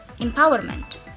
empowerment